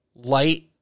light